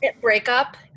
breakup